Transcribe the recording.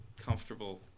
comfortable